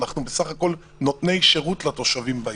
אנחנו בסך הכול נותני שירות לתושבים בעיר.